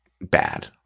bad